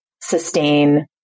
sustain